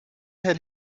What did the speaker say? had